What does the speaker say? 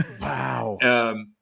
Wow